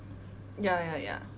ya ya ya